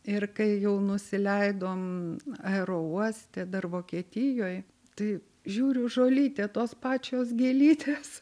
ir kai jau nusileidom aerouoste dar vokietijoj tai žiūriu žolytė tos pačios gėlytės